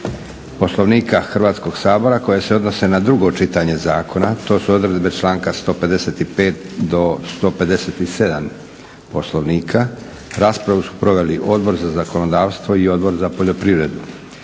Poslovnika Hrvatskog sabora koje se odnose na drugo čitanje zakona. To su odredbe članka 155. do 157. Poslovnika. Raspravu su proveli Odbor za zakonodavstvo i Odbor za poljoprivredu.